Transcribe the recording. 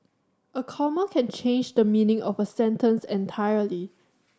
a comma can change the meaning of a sentence entirely